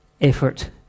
effort